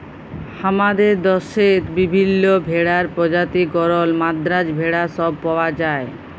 হামাদের দশেত বিভিল্য ভেড়ার প্রজাতি গরল, মাদ্রাজ ভেড়া সব পাওয়া যায়